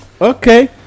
Okay